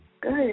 good